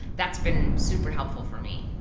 that's been super helpful for me.